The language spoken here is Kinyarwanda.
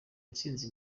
intsinzi